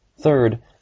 Third